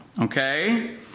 Okay